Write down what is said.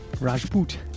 Rajput